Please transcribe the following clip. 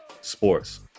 sports